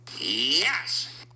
Yes